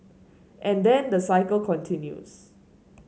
and then the cycle continues